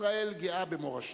ישראל גאה במורשתה,